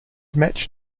match